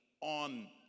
on